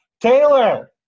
Taylor